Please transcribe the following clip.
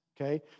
okay